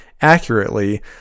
accurately